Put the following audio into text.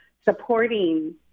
supporting